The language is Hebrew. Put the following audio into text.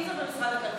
אם זה במשרד הכלכלה,